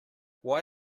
why